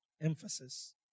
emphasis